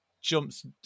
jumps